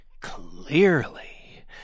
Clearly